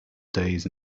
days